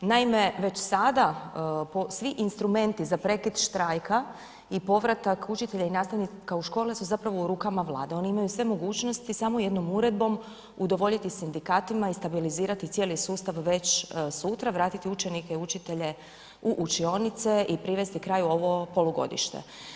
Naime, već sada svi instrumenti za prekid štrajka i povratka učitelja i nastavnika u škole su zapravo u rukama Vlade, oni imaju sve mogućnosti samo jednom uredbom udovoljiti sindikatima i stabilizirati cijeli sustav već sutra, vratiti učenike i učitelje u učionice i privesti kraju ovo polugodište.